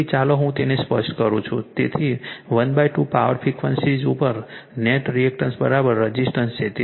તેથી ચાલો હું તેને સ્પષ્ટ કરું છું તેથી 12 પાવર ફ્રીક્વન્સીઝ ઉપર નેટ રિએક્ટન્સ રઝિસ્ટન્સ છે